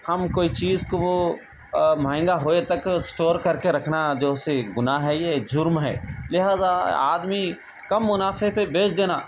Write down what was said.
ہم کوئی چیز کو مہنگا ہوئے تک اسٹور کر کے رکھنا جو ہے سو گناہ ہے یہ جرم ہے لہٰذا آدمی کم منافع پہ بیچ دینا